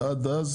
ועד אז